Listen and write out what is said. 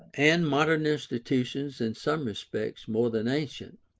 and modern institutions in some respects more than ancient,